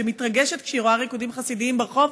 שמתרגשת כשהיא רואה ריקודים חסידיים ברחוב,